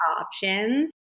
options